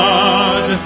God